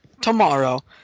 tomorrow